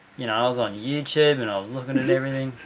you know i was on youtube, and i was looking at everything.